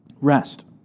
rest